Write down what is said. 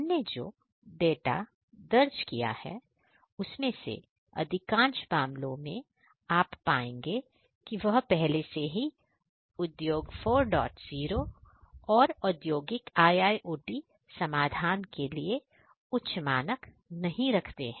हमने जो डाटा दर्ज किया है उसमें से अधिकांश मामलों में आप पाएंगे कि वह पहले से ही उद्योग 40 और औद्योगिक IOT समाधान के लिए उच्च मानक नहीं रखते हैं